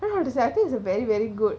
very hard to say I think it's a very very good